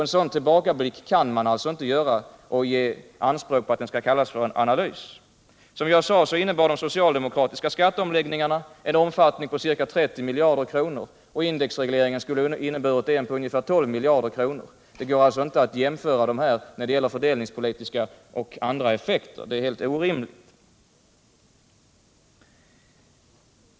En sådan tillbakablick kan man alltså inte göra anspråk på att kalla analys. Som jag sade hade de socialdemokratiska skatteomläggningarna en omfattning på 30 miljarder kronor och indexregleringen skulle ha inneburit ungefär 12 miljarder kronor. Det går alltså inte att jämföra dessa när det gäller fördelningspolitiska och andra effekter, det är helt orimligt.